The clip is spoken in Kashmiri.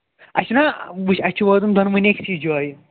اَسہِ چھُنا وُچھُ اَسہِ چھُ واتُن دۅنوٕنۍ أکسٕے جایہِ